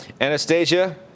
Anastasia